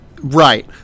Right